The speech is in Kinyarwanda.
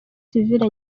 civile